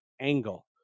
angle